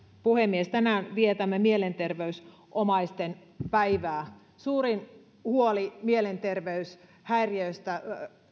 puhemies tänään vietämme mielenterveysomaisten päivää suurin huoli mielenterveyshäiriöistä